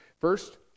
First